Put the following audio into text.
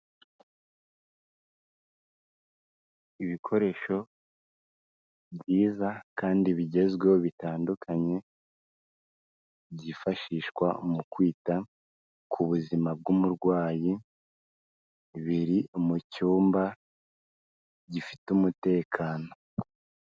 Ibikoresho byiza kandi bigezweho bitandukanye, byifashishwa mu kwita ku buzima bw'umurwayi, biri mu cyumba gifite umutekano.